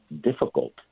difficult